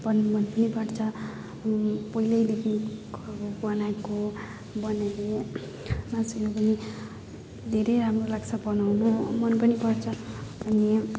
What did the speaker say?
पनि मन पनि पर्छ पहिल्यैदेखिको बनाएको बनाइदिनु मासु पनि धेरै राम्रो लाग्छ बनाउनु मन पनि पर्छ अनि